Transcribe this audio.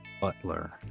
Butler